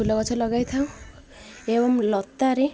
ଫୁଲ ଗଛ ଲଗାଇ ଥାଉ ଏବଂ ଲତାରେ